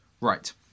Right